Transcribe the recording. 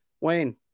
Wayne